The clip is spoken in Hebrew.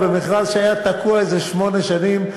במכרז שהיה תקוע איזה שמונה שנים,